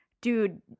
dude